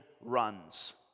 runs